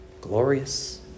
glorious